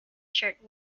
shirt